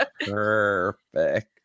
perfect